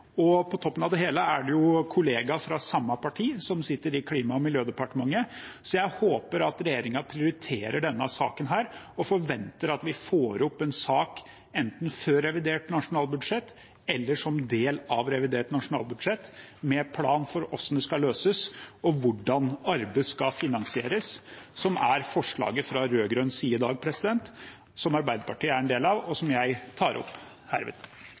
og på toppen av det hele er det jo en kollega fra samme parti som sitter i Klima- og miljødepartementet, så jeg håper at regjeringen prioriterer denne saken. Jeg forventer at vi får opp en sak enten før revidert nasjonalbudsjett eller som en del av revidert nasjonalbudsjett, med en plan for hvordan det skal løses, og hvordan arbeidet skal finansieres. Dette er forslaget fra rød-grønn side i dag, som Arbeiderpartiet er en del av, og som jeg herved tar opp.